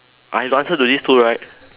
I have to answer to these two right